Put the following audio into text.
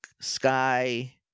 Sky